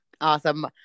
Awesome